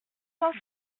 cent